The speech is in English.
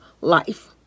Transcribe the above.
life